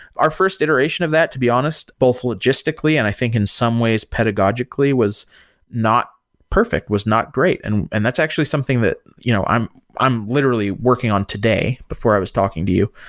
our first iteration of that, to be honest, both logistically and i think in some ways pedagogically was not perfect, was not great, and and that's actually something that you know i'm i'm literally working on today before i was talking to you,